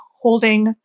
holding